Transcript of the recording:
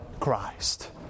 Christ